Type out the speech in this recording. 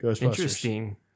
Interesting